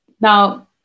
Now